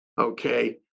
okay